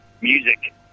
music